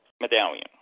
medallion